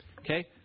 Okay